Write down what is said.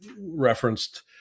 referenced